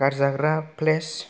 गारजाग्रा plates